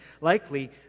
likely